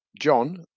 John